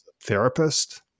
therapist